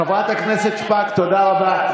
חברת הכנסת שפק, תודה רבה.